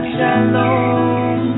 Shalom